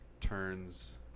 turns